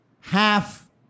half